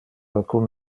alcun